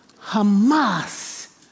Hamas